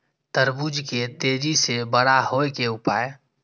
तरबूज के तेजी से बड़ा होय के उपाय?